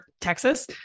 Texas